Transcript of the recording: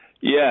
Yes